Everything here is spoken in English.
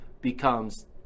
becomes